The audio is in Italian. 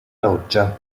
loggia